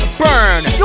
burn